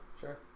sure